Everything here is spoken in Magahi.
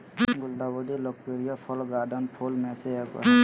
गुलदाउदी लोकप्रिय फ़ॉल गार्डन फूल में से एगो हइ